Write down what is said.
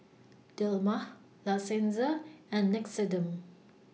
Dilmah La Senza and Nixoderm